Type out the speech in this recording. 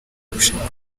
gushaka